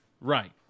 Right